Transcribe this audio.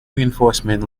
reinforcement